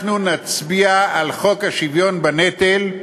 אנחנו נצביע על חוק השוויון בנטל,